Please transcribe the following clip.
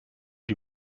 die